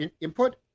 input